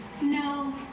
No